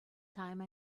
time